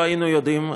לא היינו יודעים.